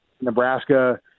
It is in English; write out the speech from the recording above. Nebraska